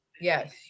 Yes